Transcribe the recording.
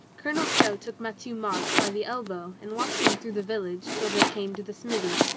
colonel stow took matthieu-marc by the elbow and walked him through the village till they came to the smithy.